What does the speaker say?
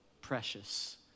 precious